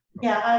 yeah,